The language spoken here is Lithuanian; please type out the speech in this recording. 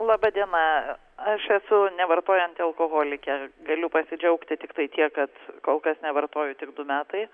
laba diena aš esu nevartojanti alkoholikė galiu pasidžiaugti tiktai tiek kad kol kas nevartoju tik du metai